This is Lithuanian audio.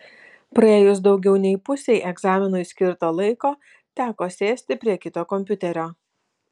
praėjus daugiau nei pusei egzaminui skirto laiko teko sėsti prie kito kompiuterio